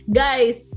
guys